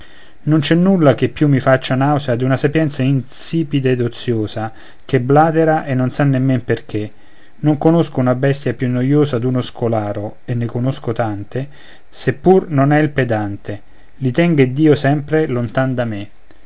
non c'è nulla che più mi faccia nausea d'una sapienza insipida ed oziosa che blatera e non sa nemmen perché non conosco una bestia più noiosa d'uno scolaro e ne conosco tante se pur non è il pedante i tenga iddio sempre lontan da me